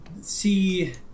see